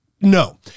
No